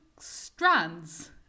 strands